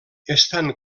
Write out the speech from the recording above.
estan